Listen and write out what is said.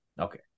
Okay